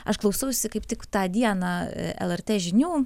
aš klausausi kaip tik tą dieną lrt žinių